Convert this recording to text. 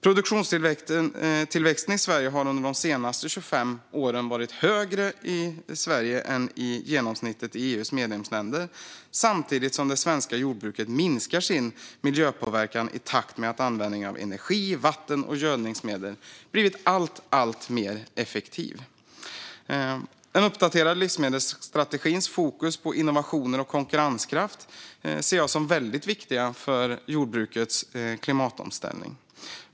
Produktionstillväxten i Sverige har under de senaste 25 åren varit högre än genomsnittet för EU:s medlemsländer, samtidigt som det svenska jordbruket minskar sin miljöpåverkan i takt med att användningen av energi, vatten och gödningsmedel blivit alltmer effektiv. En uppdaterad livsmedelsstrategi med fokus på innovationer och konkurrenskraft ser jag som mycket viktig för jordbrukets klimatomställning.